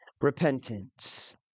repentance